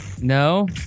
no